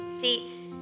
See